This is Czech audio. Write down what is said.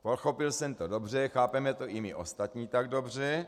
Pochopil jsem to dobře, chápeme to i my ostatní tak dobře.